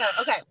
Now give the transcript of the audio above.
Okay